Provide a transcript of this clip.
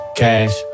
cash